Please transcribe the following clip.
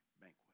banquet